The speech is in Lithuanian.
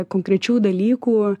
konkrečių dalykų